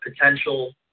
potential